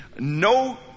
No